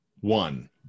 one